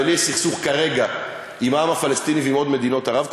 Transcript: ולי יש סכסוך כרגע עם העם הפלסטיני ועם עוד מדינות ערב,